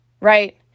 right